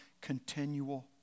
continual